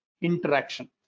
interaction